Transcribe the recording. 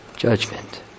judgment